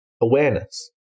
awareness